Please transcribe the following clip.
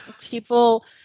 people